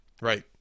Right